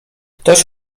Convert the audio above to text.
ktoś